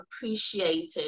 appreciated